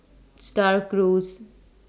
STAR Cruise